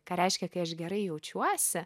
ką reiškia kai aš gerai jaučiuosi